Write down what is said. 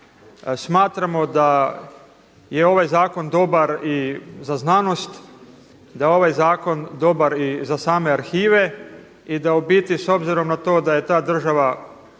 Smatramo da je ovaj zakon dobar i za znanost, da je ovaj zakon dobar i za same arhive i da u biti s obzirom na to da je ta država